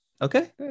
Okay